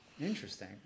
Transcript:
Interesting